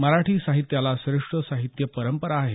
मराठी साहित्याला श्रेष्ठ साहित्य परंपरा आहे